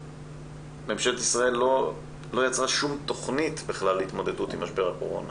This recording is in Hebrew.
ממשלת ישראל לא יצרה שום תוכנית להתמודדות עם משבר הקורונה